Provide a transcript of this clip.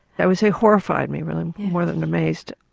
i would say horrified me really, more than amazed.